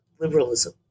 liberalism